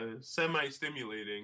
semi-stimulating